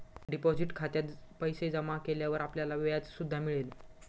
deposit खात्यात पैसे जमा केल्यावर आपल्याला व्याज सुद्धा मिळेल